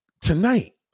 tonight